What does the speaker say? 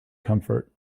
comfort